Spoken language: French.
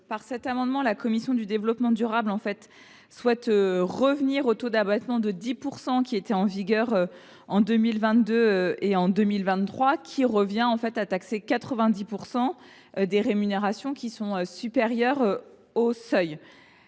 Par cet amendement, la commission du développement durable souhaite rétablir le taux d’abattement de 10 % qui était en vigueur en 2022 et en 2023, ce qui revient à taxer 90 % des revenus d’exploitation supérieurs au seuil.